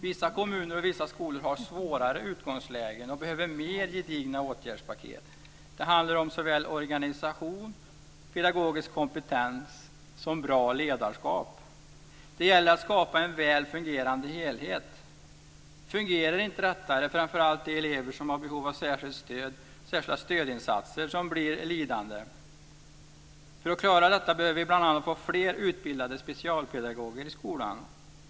Vissa kommuner och vissa skolor har svårare utgångsläge och behöver mer gedigna åtgärdspaket. Det handlar om såväl organisation och pedagogisk kompetens som bra ledarskap. Det gäller att skapa en väl fungerande helhet. Fungerar inte detta är det framför allt de elever som har behov av särskilda stödinsatser som blir lidande. För att klara detta behöver vi bl.a. fler utbildade specialpedagoger i skolan.